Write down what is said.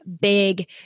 big